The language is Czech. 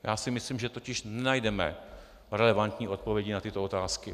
Já si myslím, že totiž nenajdeme relevantní odpovědi na tyto otázky.